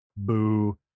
boo